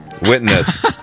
Witness